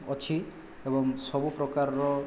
ଅଛି ଏବଂ ସବୁ ପ୍ରକାରର